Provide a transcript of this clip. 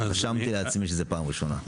רשמתי לעצמי שזו פעם ראשונה.